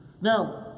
Now